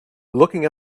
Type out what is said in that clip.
looking